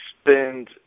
spend